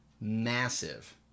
Massive